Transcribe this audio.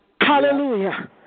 Hallelujah